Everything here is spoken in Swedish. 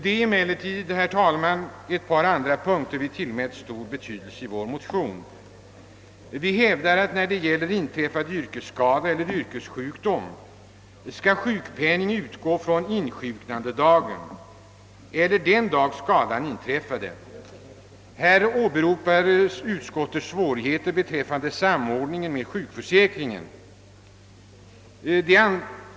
Det är emellertid, herr talman, ett par andra punkter vi tillmätt stor betydelse i vår motion. Vi hävdar att när det gäller inträffad yrkesskada eller yrkessjukdom skall sjukpenning utgå från insjuknandedagen eller den dag skadan inträffade. Här åberopar utskottet svårigheter beträffande samordningen med sjukförsäkringen.